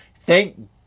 Thank